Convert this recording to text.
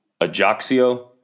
Ajaxio